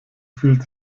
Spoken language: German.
fühlt